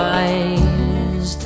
eyes